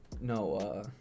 No